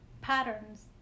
patterns